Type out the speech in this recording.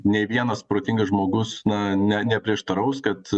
nei vienas protingas žmogus na ne neprieštaraus kad